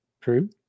True